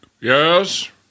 Yes